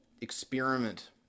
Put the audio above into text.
experiment